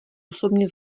osobně